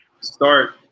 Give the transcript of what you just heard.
start